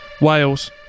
Wales